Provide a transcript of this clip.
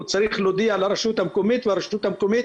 הוא צריך להודיע לרשות המקומית והרשות המקומית